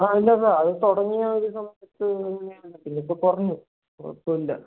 ആ ഇല്ല സാർ അത് തുടങ്ങിയ ആ ഒരു സമയത്ത് പിന്നെയിപ്പം കുറഞ്ഞു കുഴപ്പം ഇല്ല